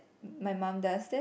my mom does then